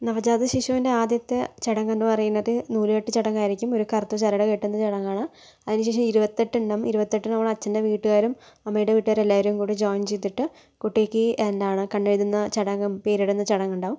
നവജാത ശിശുവിൻ്റെ ആദ്യത്തെ ചടങ്ങ് എന്നു പറയുന്നത് നൂലുകെട്ട് ചടങ്ങായിരിക്കും ഒരു കറുത്ത ചരട് കെട്ടുന്ന ചടങ്ങാണ് അതിനുശേഷം ഇരുപത്തെട്ട് ഉണ്ടാവും ഇരുപത്തെട്ടിനാണ് അച്ഛൻ്റെ വീട്ടുകാരും അമ്മയുടെ വീട്ടുകാരും എല്ലാവരും കൂടി ജോയിൻ ചെയ്തിട്ട് കുട്ടിക്ക് എന്താണ് കണ്ണെഴുതുന്ന ചടങ്ങും പേരിടുന്ന ചടങ്ങുണ്ടാകും